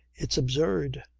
it's absurd.